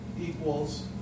equals